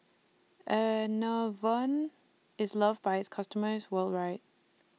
Enervon IS loved By its customers worldwide